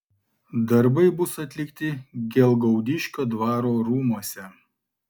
darbai bus atlikti gelgaudiškio dvaro rūmuose